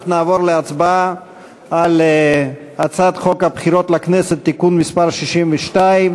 אנחנו נעבור להצבעה על הצעת חוק הבחירות לכנסת (תיקון מס' 62),